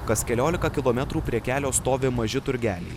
kas keliolika kilometrų prie kelio stovi maži turgeliai